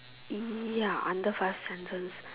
ya under five sentences